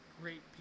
great